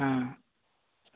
ᱦᱮᱸ